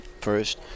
first